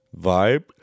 vibe